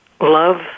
love